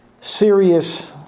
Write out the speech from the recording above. serious